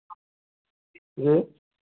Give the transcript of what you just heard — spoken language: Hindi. जी